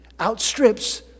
outstrips